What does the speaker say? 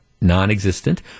non-existent